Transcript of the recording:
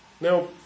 Now